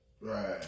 Right